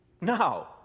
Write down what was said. No